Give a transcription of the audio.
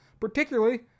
particularly